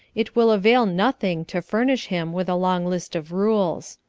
it will avail nothing to furnish him with a long list of rules.